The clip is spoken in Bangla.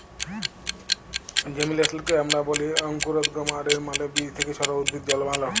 জেমিলেসলকে আমরা ব্যলি অংকুরোদগম আর এর মালে বীজ থ্যাকে ছট উদ্ভিদ জলমাল